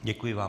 Děkuji vám.